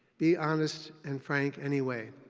be honest and frank anyway.